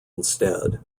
instead